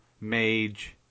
mage